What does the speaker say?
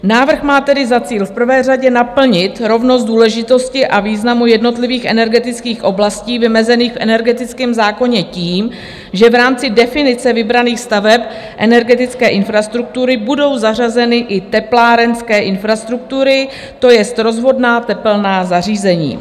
Návrh má tedy za cíl v prvé řadě naplnit rovnost důležitosti a významu jednotlivých energetických oblastí vymezených v energetickém zákoně tím, že v rámci definice vybraných staveb energetické infrastruktury budou zařazeny i teplárenské infrastruktury, to jest rozvodná tepelná zařízení.